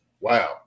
wow